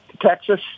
Texas